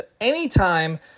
anytime